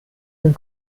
dem